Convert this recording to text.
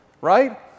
right